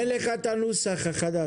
אין לך את הנוסח החדש.